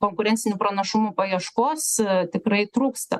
konkurencinių pranašumų paieškos tikrai trūksta